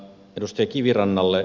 edustaja kivirannalle